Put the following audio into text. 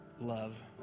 love